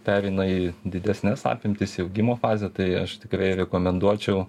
pereina į didesnes apimtis į augimo fazę tai aš tikrai rekomenduočiau